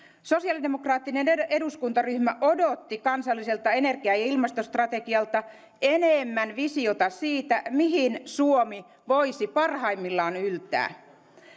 sosialidemokraattinen eduskuntaryhmä odotti kansalliselta energia ja ja ilmastostrategialta enemmän visiota siitä mihin suomi voisi parhaimmillaan yltää